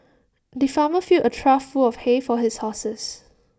the farmer filled A trough full of hay for his horses